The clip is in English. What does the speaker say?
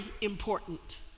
important